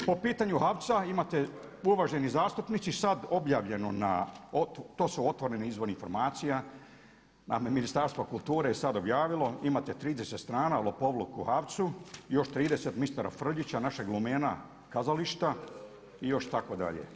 Po pitanju HAVC-a imate uvaženi zastupnici sad objavljeno na, to su otvoreni izvori informacija, a Ministarstvo kulture je sad objavilo imate 30 strana lopovluk u HAVC-u i još 30 mistera Frljića našeg lumena kazališta i još tako dalje.